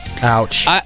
Ouch